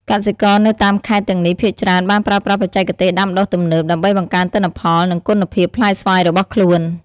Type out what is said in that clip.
កសិករនៅតាមខេត្តទាំងនេះភាគច្រើនបានប្រើប្រាស់បច្ចេកទេសដាំដុះទំនើប ដើម្បីបង្កើនទិន្នផល និងគុណភាពផ្លែស្វាយរបស់ខ្លួន។